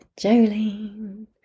Jolene